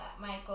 Michael